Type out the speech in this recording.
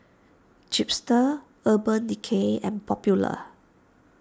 Chipster Urban Decay and Popular